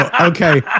Okay